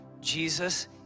Jesus